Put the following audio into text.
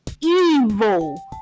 evil